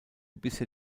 bisher